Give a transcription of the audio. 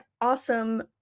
awesome